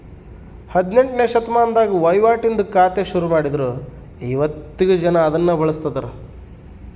ಹದಿನೆಂಟ್ನೆ ಶತಮಾನದಾಗ ವಹಿವಾಟಿಂದು ಖಾತೆ ಶುರುಮಾಡಿದ್ರು ಇವತ್ತಿಗೂ ಜನ ಅದುನ್ನ ಬಳುಸ್ತದರ